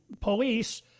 police